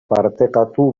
partekatu